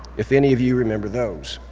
if any of you remember those.